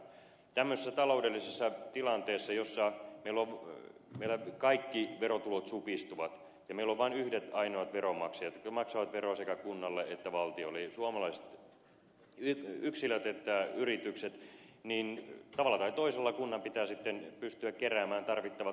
tämmöisessä taloudellisessa tilanteessa jossa meillä kaikki verotulot supistuvat ja meillä on vain yhdet ainoat veronmaksajat jotka maksavat veroa sekä kunnalle että valtiolle sekä suomalaiset yksilöt että yritykset tavalla tai toisella kunnan pitää pystyä keräämään tarvittavat tulonsa